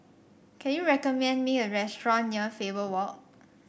can you recommend me a restaurant near Faber Walk